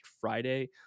Friday